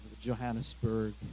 Johannesburg